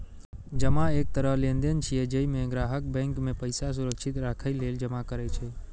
जमा एक तरह लेनदेन छियै, जइमे ग्राहक बैंक मे पैसा सुरक्षित राखै लेल जमा करै छै